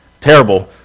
terrible